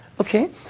okay